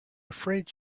afraid